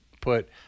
put